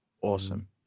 Awesome